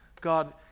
God